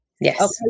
Yes